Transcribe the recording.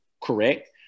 correct